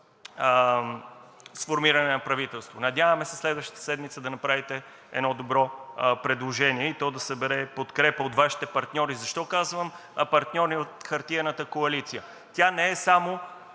сформиране на правителство. Надяваме се следващата седмица да направите едно добро предложение и то да събере подкрепа от Вашите партньори. Защо казвам партньори от хартиената коалиция? Тя не е само